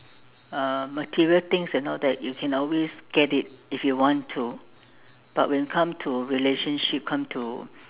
uh material things and all that you can always get it if you want to but when come to relationship come to